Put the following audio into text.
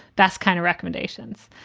best kind of recommendations.